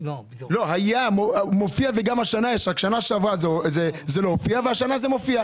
היה וגם השנה רק שנה שעברה זה לא הופיע והשנה זה לא מופיע.